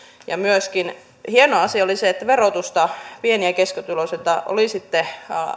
myöskin oli hieno asia se että verotusta pieni ja keskituloisilta olisitte